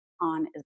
on